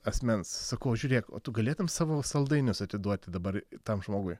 asmens sakau o žiūrėk o tu galėtum savo saldainius atiduoti dabar tam žmogui